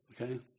Okay